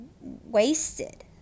wasted